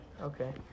Okay